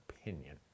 opinion